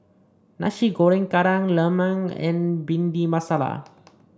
Nasi Goreng keran lemang and bhind masala